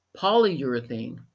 polyurethane